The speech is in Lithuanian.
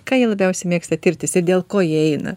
ką jie labiausiai mėgsta tirtis ir dėl ko jie eina